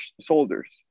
soldiers